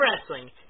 wrestling